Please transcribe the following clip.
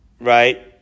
right